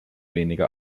wenige